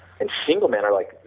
and single men are like,